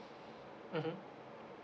mmhmm